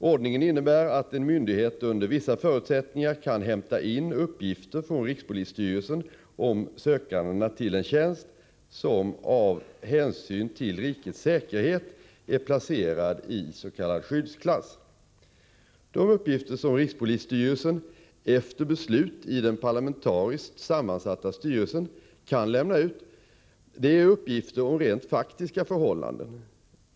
Ordningen innebär att en myndighet under vissa förutsättningar kan hämta in uppgifter från rikspolisstyrelsen om sökandena till en tjänst, som av hänsyn till rikets säkerhet är placerad is.k. skyddsklass. De uppgifter som rikspolisstyrelsen — efter beslut i den parlamentariskt sammansatta styrelsen — kan lämna ut är uppgifter om rent faktiska förhållanden.